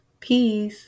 Peace